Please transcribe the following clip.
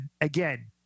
again